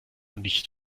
nicht